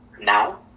now